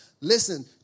Listen